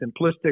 simplistic